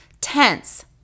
tense